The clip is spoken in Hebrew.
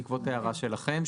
בעקבות הערה שלכם,